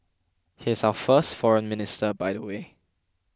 he is our first Foreign Minister by the way